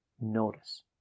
notice